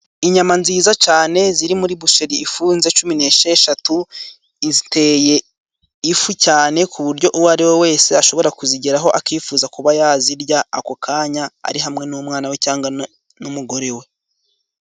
Inyama nziza cyane ziri muri busheri ifunze cumi n'esheshatu, ziteye ifu cyane ku buryo uwo ariwe wese ashobora kuzigeraho akifuza kuba yazirya ako kanya, ari hamwe n'umwana we cyangwa n'umugore we.